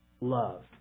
Love